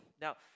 Now